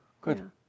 Good